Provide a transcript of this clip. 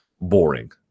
boring